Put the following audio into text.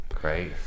great